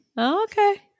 Okay